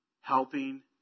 helping